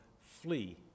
flee